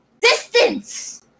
distance